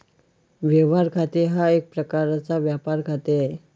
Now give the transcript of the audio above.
व्यवहार खाते हा एक प्रकारचा व्यापार खाते आहे